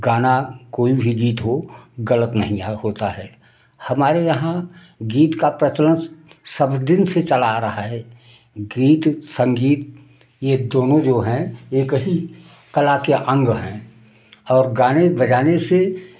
गाना कोई भी गीत हो गलत नहीं है होता है हमारे यहाँ गीत का प्रचलन सब दिन से चला आ रहा है गीत संगीत ये दोनों जो हैं एक ही कला के अंग हैं और गाने बजाने से